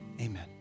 Amen